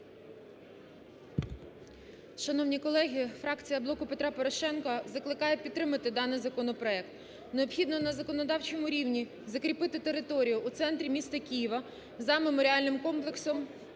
Шановні колеги, фракція "Блоку Петра Порошенка" закликає підтримати даний законопроект. Необхідно на законодавчому рівні закріпити територію у центрі міста Києва за меморіальним комплексом